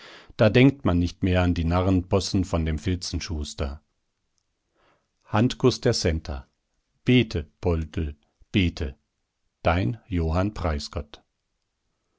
da denkt man nicht mehr an die narrenspossen von dem filzenschuster handkuß der centa bete poldl bete dein johann